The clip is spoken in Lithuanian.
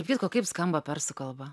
kitko kaip skamba persų kalba